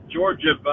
Georgia